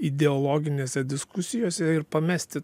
ideologinėse diskusijose ir pamesti